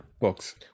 books